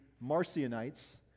Marcionites